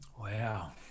Wow